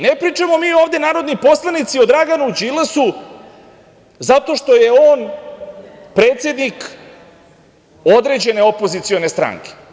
Ne pričamo mi ovde, narodni poslanici, o Draganu Đilasu zato što je on predsednik određene opozicione stranke.